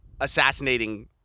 assassinating